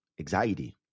anxiety